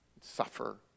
suffer